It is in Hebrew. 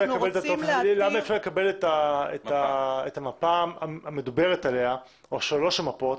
למה אי אפשר לקבל את המפה המדוברת או שלוש המפות